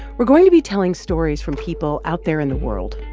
we're going to be telling stories from people out there in the world,